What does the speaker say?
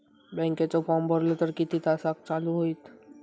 बँकेचो फार्म भरलो तर किती तासाक चालू होईत?